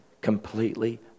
completely